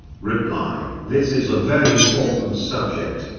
reply this is a very important subject.